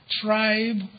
tribe